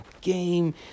game